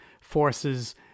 forces